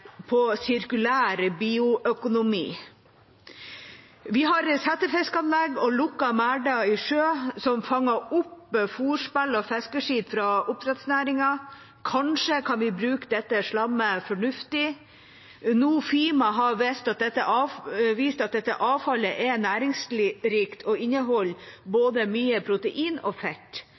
på sirkulær bioøkonomi. Vi har settefiskanlegg og lukkede merder i sjø som fanger opp fôrspill og fiskeskit fra oppdrettsnæringen. Kanskje kan vi bruke dette slammet fornuftig. Nofima har vist at dette avfallet er næringsrikt og inneholder både mye protein og fett.